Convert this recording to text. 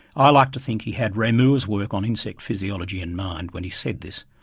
i like to think he had reaumur's work on insect physiology in mind when he said this,